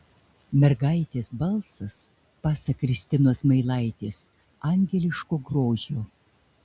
mergaitės balsas pasak kristinos zmailaitės angeliško grožio